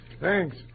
Thanks